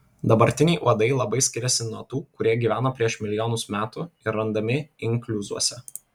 dabartiniai uodai labai skiriasi nuo tų kurie gyveno prieš milijonus metų ir randami inkliuzuose